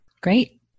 Great